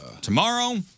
Tomorrow